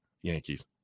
Yankees